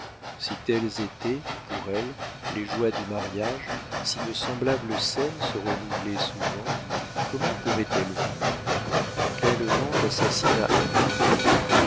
si telles étaient pour elle les joies du mariage si de semblables scènes se renouvelaient souvent comment pouvait-elle vivre quel lent assassinat impuni